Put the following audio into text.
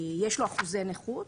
שיש לו אחוזי נכות.